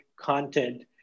content